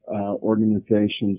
organizations